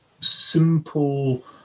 simple